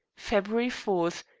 february four,